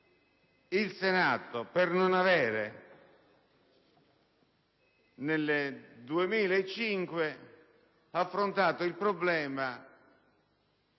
il Senato per non avere, nel 2005, affrontato il problema